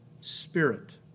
spirit